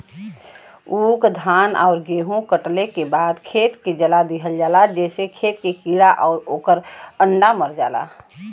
ऊख, धान आउर गेंहू कटले के बाद खेत के जला दिहल जाला जेसे खेत के कीड़ा आउर ओकर अंडा मर जाला